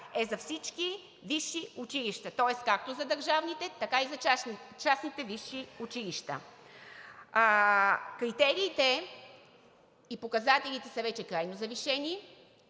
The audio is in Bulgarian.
е за всички висши училища, тоест както за държавните, така и за частните висши училища. Критериите и показателите са вече крайно завишени,